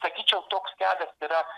sakyčiau toks kelias yra